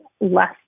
less